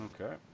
Okay